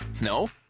No